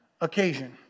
occasion